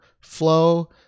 flow